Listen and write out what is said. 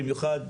במיוחד